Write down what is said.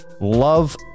love